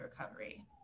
recovery